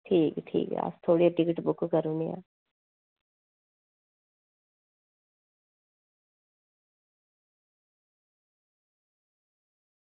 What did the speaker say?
ठीक ऐ ठीक ऐ अस थुआढ़े लेई टिकट बुक करी ओड़ने आं